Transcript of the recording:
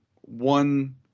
one